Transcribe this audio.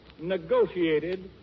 negotiated